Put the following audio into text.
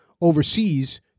overseas